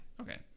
Okay